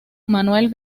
manuel